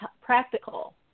practical